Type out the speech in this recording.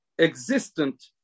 existent